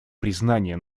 признание